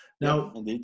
Now